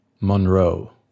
Monroe